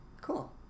Cool